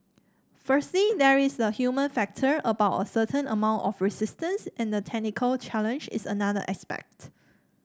firstly there is the human factor about a certain amount of resistance and the technical challenge is another aspect